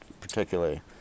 particularly